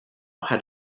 had